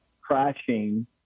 crashing